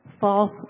false